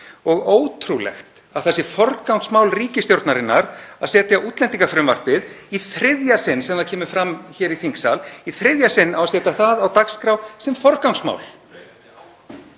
og ótrúlegt að það sé forgangsmál ríkisstjórnarinnar að setja útlendingafrumvarpið í þriðja sinn sem það kemur fram hér í þingsal, í þriðja sinn á að setja það á dagskrá sem forgangsmál.